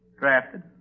Drafted